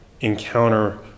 encounter